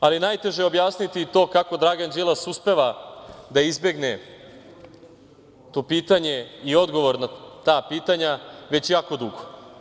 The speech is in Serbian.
Najteže je ipak objasniti to kako Dragan Đilas uspeva da izbegne to pitanje i odgovor na ta pitanja već jako dugo.